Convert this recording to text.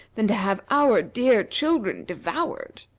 than to have our dear children devoured.